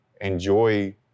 enjoy